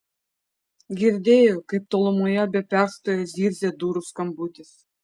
girdėjo kaip tolumoje be perstojo zirzia durų skambutis